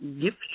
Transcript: gift